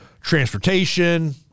transportation